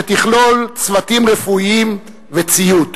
שתכלול צוותים רפואיים וציוד.